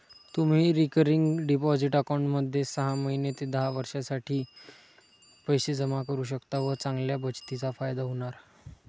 तुम्ही recurring deposit अकाउंटमध्ये सहा महिने ते दहा वर्षांसाठी पैसे जमा करू शकता व चांगल्या बचतीचा फायदा होणार